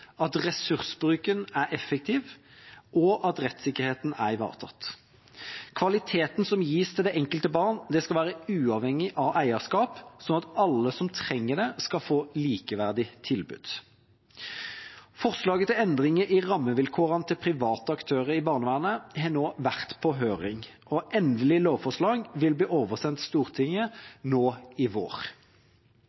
at ressursbruken er effektiv, og at rettssikkerheten er ivaretatt. Kvaliteten i tilbudet som gis til det enkelte barn, skal være uavhengig av eierskap, slik at alle som trenger det, skal få et likeverdig tilbud. Forslag til endringer i rammevilkårene til private aktører i barnevernet har nå vært på høring. Endelige lovforslag vil bli oversendt Stortinget